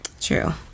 True